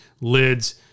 lids